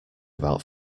about